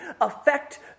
affect